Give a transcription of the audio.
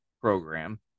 program